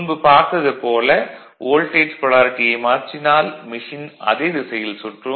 முன்பு பார்த்தது போல வோல்டேஜ் பொலாரிட்டியை மாற்றினால் மெஷின் அதே திசையில் சுற்றும்